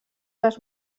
les